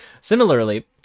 similarly